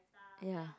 ya